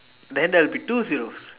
then there will be two zero